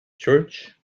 church